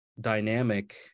dynamic